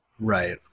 Right